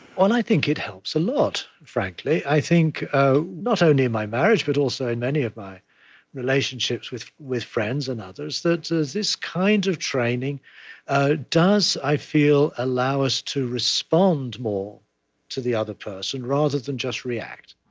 well, i think it helps a lot, frankly. i think not only in my marriage but also in many of my relationships with with friends and others, that this kind of training ah does, i feel, allow us to respond more to the other person, rather than just react